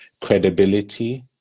credibility